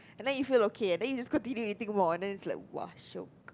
and then he feel okay eh then he just continue eating more and then it's like !wah! shiok